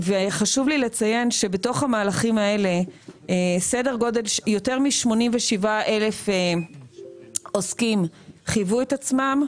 חשוב לי לציין שבתוך המהלכים האלה יותר מ-87,000 עוסקים חייבו את עצמם,